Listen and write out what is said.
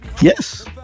Yes